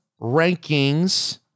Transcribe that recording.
rankings